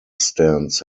stance